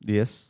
Yes